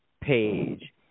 page